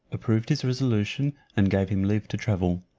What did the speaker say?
approved his resolution, and gave him leave to travel.